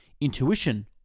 Intuition